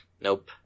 Nope